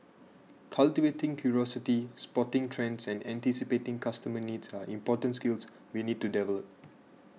cultivating curiosity spotting trends and anticipating customer needs are important skills we need to develop